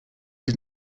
did